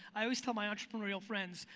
i always tell my entrepreneurial friends.